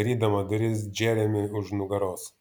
darydama duris džeremiui už nugaros